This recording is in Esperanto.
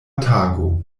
tago